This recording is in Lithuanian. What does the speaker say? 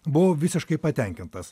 buvau visiškai patenkintas